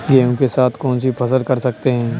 गेहूँ के साथ कौनसी फसल कर सकते हैं?